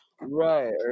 Right